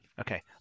okay